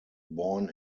born